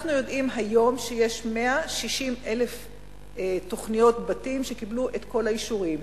אנחנו יודעים היום שיש 160,000 תוכניות בתים שקיבלו את כל האישורים.